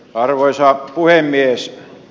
arvoisa puhemies